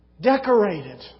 decorated